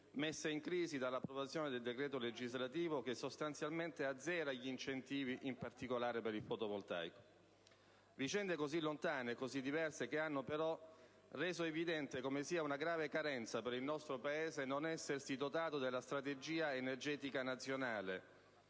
messa in crisi dall'approvazione del decreto legislativo che sostanzialmente azzera gli incentivi, in particolare, per il fotovoltaico. Vicende così lontane e così diverse che hanno, però, reso evidente come sia una grave carenza per il nostro Paese non essersi dotato della Strategia energetica nazionale